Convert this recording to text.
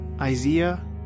Isaiah